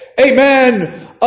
Amen